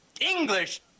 English